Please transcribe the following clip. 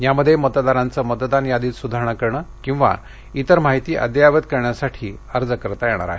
यामध्ये मतदारांचे मतदान यादीत सुधारणा करणं किंवा विर माहिती अद्ययावत करण्यासाठी मतदारांना अर्ज करता येणार आहे